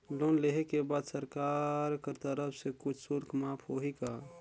Loan लेहे के बाद सरकार कर तरफ से कुछ शुल्क माफ होही का?